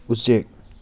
ꯎꯆꯦꯛ